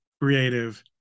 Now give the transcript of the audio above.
creative